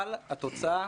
אבל התוצאה,